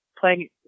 playing